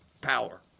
power